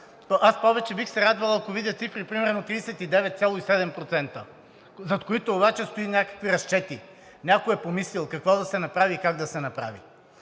Повече бих се радвал, ако видя цифри, например 39,7%, зад които обаче стоят някакви разчети – някой е помислил какво да се направи и как да се направи.